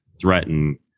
threaten